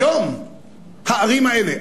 היום הערים האלה,